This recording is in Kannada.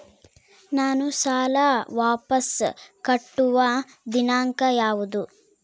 ನಾನು ಸಾಲ ವಾಪಸ್ ಕಟ್ಟುವ ದಿನಾಂಕ ಯಾವುದು?